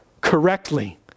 correctly